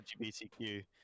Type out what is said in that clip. LGBTQ